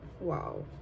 wow